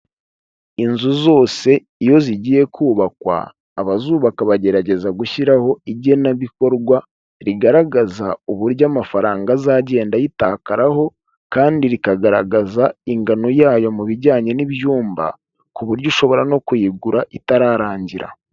Inzu zose iyo zigiye kubakwa, abazubaka bagerageza gushyiraho igenabikorwa rigaragaza uburyo amafaranga azagenda ayitakaraho, kandi rikagaragaza ingano yayo mu bijyanye n'ibyumba. Ku buryo ushobora no kuyigura itararangira.